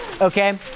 okay